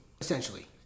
essentially